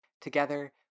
together